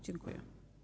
Dziękuję.